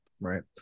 Right